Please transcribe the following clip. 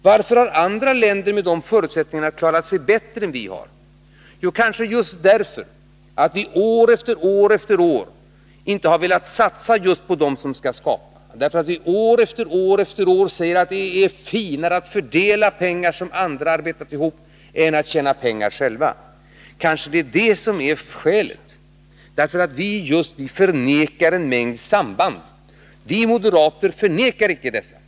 Varför har andra länder med sina sämre förutsättningar klarat sig bättre än vi har gjort? Jo, kanske just därför att vi år efter år inte har velat satsa på just dem som vill skapa och därför att vi år efter år har sagt att det är finare att fördela pengar som andra arbetat ihop än att tjäna pengar själv. Kanske detta är skälet. Ni: förnekar ett klart samband. Vi moderater gör inte det.